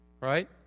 right